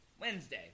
Wednesday